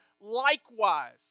likewise